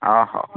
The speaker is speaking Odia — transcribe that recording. ଅ ହେଉ